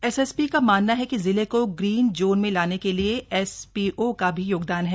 SSP का मानना है कि जिले को ग्रीन जोन में लाने के लिए एस पी ओ का भी योगदान है